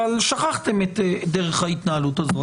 אבל שכחתם את דרך ההתנהלות הזאת.